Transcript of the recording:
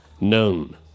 known